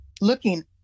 looking